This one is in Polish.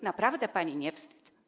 Naprawdę pani nie wstyd?